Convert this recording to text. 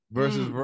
versus